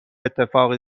اتفاقی